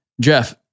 Jeff